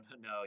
no